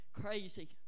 Crazy